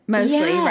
mostly